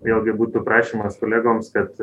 vėlgi būtų prašymas kolegoms kad